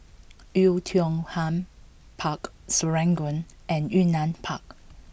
Oei Tiong Ham Park Serangoon and Yunnan Park